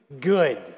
good